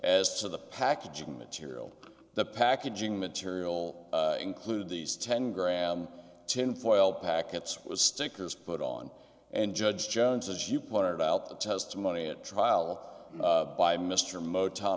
as to the packaging material the packaging material include these ten gram tin foil packets with stickers put on and judge jones as you pointed out the testimony at trial by mr motown